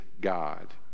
God